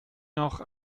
noch